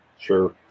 Sure